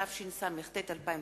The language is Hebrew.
התשס"ט 2009,